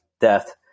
death